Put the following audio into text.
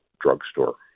drugstore